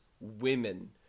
women